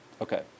Okay